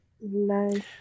Nice